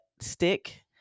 stick